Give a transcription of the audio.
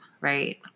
right